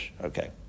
okay